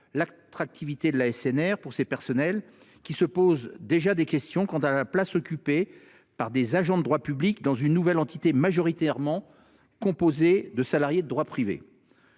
l’attractivité de l’ASNR pour ces personnels, qui se posent déjà des questions quant à la place occupée par des agents de droit public dans une nouvelle entité majoritairement composée de salariés de droit privé.